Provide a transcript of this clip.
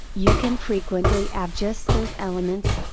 you can frequently add just those elements,